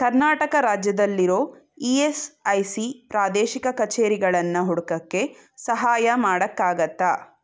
ಕರ್ನಾಟಕ ರಾಜ್ಯದಲ್ಲಿರೋ E S I C ಪ್ರಾದೇಶಿಕ ಕಛೇರಿಗಳನ್ನು ಹುಡ್ಕೋಕ್ಕೆ ಸಹಾಯ ಮಾಡೋಕ್ಕಾಗತ್ತಾ